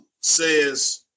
says